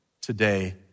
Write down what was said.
today